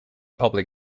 public